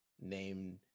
named